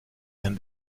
and